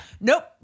Nope